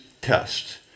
test